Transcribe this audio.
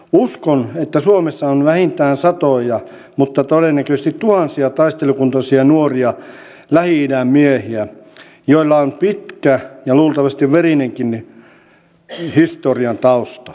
uskon että suomessa on vähintään satoja mutta todennäköisesti tuhansia taistelukuntoisia nuoria lähi idän miehiä joilla on pitkän ja luultavasti verisenkin historian tausta